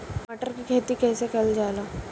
मटर के खेती कइसे कइल जाला?